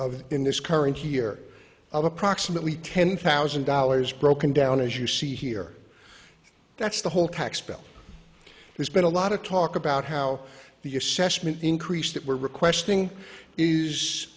l in this current year of approximately ten thousand dollars broken down as you see here that's the whole tax bill there's been a lot of talk about how the assessment increase that we're requesting is